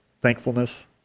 thankfulness